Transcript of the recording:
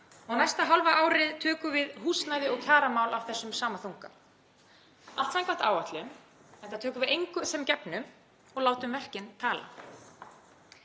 Og næsta hálfa árið tökum við húsnæði og kjaramál af þessum sama þunga. Allt samkvæmt áætlun enda tökum við engu sem gefnu og látum verkin tala.